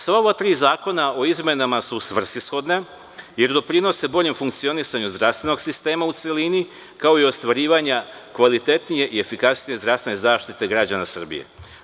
Sva ova tri zakona o izmenama su svrsishodna jer doprinose boljem funkcionisanju zdravstvenog sistema u celini, kao i ostvarivanju kvalitetnije i efikasnije zdravstvene zaštite građana Srbije.